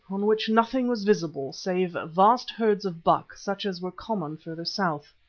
on which nothing was visible save vast herds of buck such as were common further south.